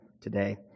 today